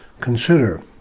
Consider